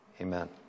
Amen